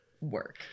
work